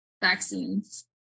vaccines